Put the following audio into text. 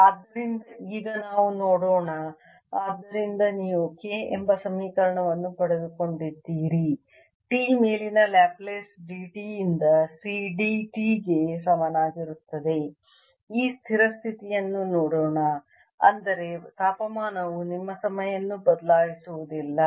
ಆದ್ದರಿಂದ ಈಗ ನಾವು ಮಾಡೋಣ ಆದ್ದರಿಂದ ನೀವು K ಎಂಬ ಸಮೀಕರಣವನ್ನು ಪಡೆದುಕೊಂಡಿದ್ದೀರಿ T ಮೇಲಿನ ಲ್ಯಾಪ್ಲೇಸ್ dT ಯಿಂದ C d T ಗೆ ಸಮಾನವಾಗಿರುತ್ತದೆ ಈ ಸ್ಥಿರ ಸ್ಥಿತಿಯನ್ನು ನೋಡೋಣ ಅಂದರೆ ತಾಪಮಾನವು ನಿಮ್ಮ ಸಮಯವನ್ನು ಬದಲಾಯಿಸುವುದಿಲ್ಲ